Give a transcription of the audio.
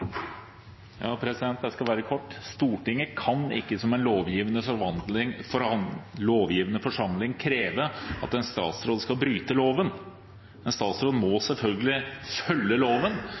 Jeg skal være kort. Stortinget kan ikke som en lovgivende forsamling kreve at en statsråd skal bryte loven! En statsråd må selvfølgelig følge loven,